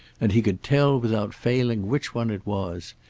and he could tell without failing which one it was.